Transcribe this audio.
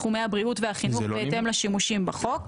בתחומי הבריאות והחינוך בהתאם לשימושים בחוק,